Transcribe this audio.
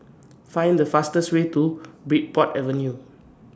Find The fastest Way to Bridport Avenue